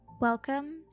Welcome